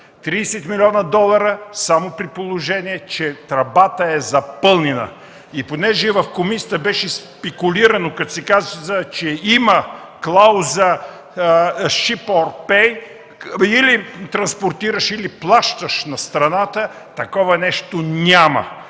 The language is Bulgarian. милиона долара, само при положение че тръбата е запълнена. Понеже в комисията беше спекулирано, като се каза, че има клауза „шип ор пей” – или транспортираш, или плащаш на страната, такова нещо няма.